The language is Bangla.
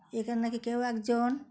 এখানে না কি কেউ একজন